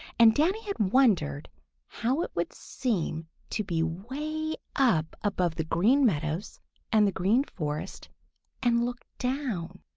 and danny had wondered how it would seem to be way up above the green meadows and the green forest and look down.